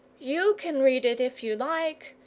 you can read it if you like,